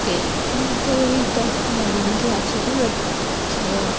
કે આમ કોઈ એવી તક મળી નથી આજ સુધી બટ જ્યારે